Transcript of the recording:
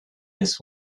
this